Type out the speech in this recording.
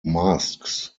masks